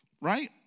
Right